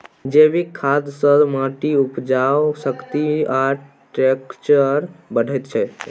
जैबिक खाद सँ माटिक उपजाउ शक्ति आ टैक्सचर बढ़ैत छै